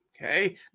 okay